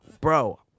bro